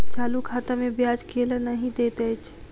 चालू खाता मे ब्याज केल नहि दैत अछि